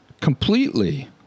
completely